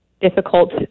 difficult